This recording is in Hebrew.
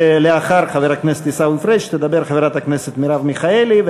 לאחר חבר הכנסת עיסאווי פריג' תדבר חברת הכנסת מרב מיכאלי,